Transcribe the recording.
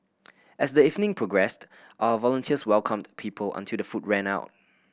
as the evening progressed our volunteers welcomed people until the food ran out